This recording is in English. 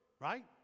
right